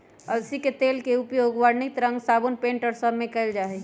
अलसी के तेल के उपयोग वर्णित रंग साबुन पेंट और सब में कइल जाहई